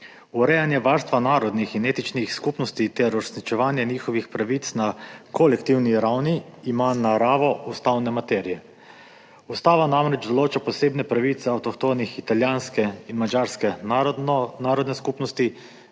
»Urejanje varstva narodnih in etničnih skupnosti ter uresničevanje njihovih pravic na kolektivni ravni ima naravo ustavne materije. Ustava namreč določa posebne pravice avtohtonih italijanske in madžarske narodne skupnosti,